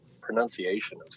pronunciation